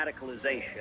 radicalization